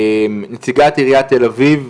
נציגת עירית תל אביב,